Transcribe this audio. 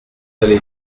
aller